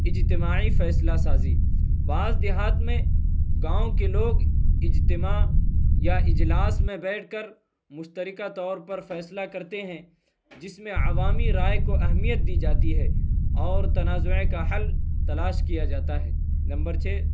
اجتماعی فیصلہ سازی بعض دیہات میں گاؤں کے لوگ اجتماع یا اجلاس میں بیٹھ کر مشترکہ طور پر فیصلہ کرتے ہیں جس میں عوامی رائے کو اہمیت دی جاتی ہے اور تنازع کا حل تلاش کیا جاتا ہے نمبر چھ